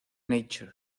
nature